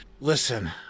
listen